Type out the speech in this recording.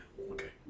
okay